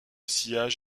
sillage